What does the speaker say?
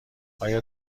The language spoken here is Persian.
آیا